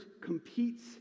competes